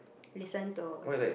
listen to